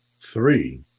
three